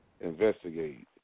investigate